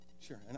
sure